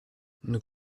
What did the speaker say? nous